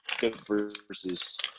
versus